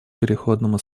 переходному